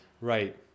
right